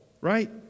right